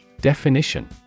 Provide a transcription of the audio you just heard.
Definition